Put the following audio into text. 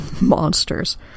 monsters